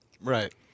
Right